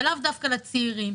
ולאו דווקא לצעירים,